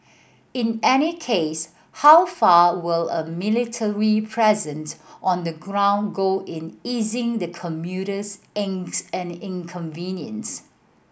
in any case how far will a military present on the ground go in easing the commuter's angst and inconvenience